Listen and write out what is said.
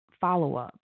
follow-up